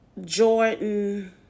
Jordan